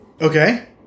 Okay